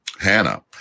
hannah